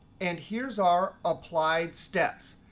and here's our applied steps.